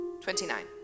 Twenty-nine